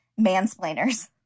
mansplainers